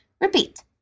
Repeat